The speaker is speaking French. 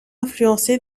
influencé